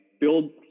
build